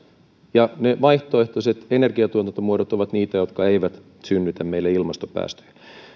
ne vaihtoehtoiset energiatuotantomuodot ovat niitä jotka eivät synnytä meille ilmastopäästöjä